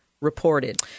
reported